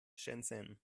shenzhen